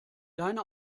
deine